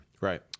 right